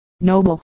noble